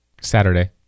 Saturday